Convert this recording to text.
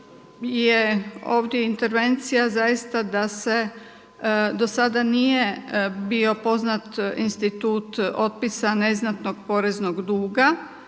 ovdje intervencija zaista da se do sada nije bio poznat institut otpisa neznatnog poreznog duga.